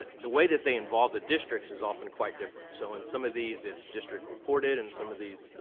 the way that they involve the districts is often quite different. so in some of these, it's district reported. in some of these,